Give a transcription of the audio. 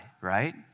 right